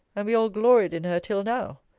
and we all gloried in her till now.